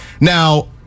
Now